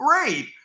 great